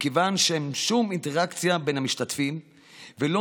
מכיוון שאין שום אינטראקציה בין המשתתפים ולא